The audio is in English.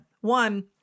one